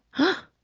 huh!